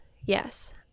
yes